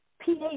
pH